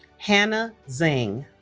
hanah zing